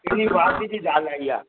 अहिड़ी वाजिबी दाल आई आहे